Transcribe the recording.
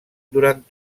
durant